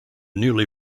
newly